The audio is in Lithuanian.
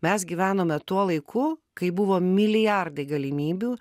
mes gyvenome tuo laiku kai buvo milijardai galimybių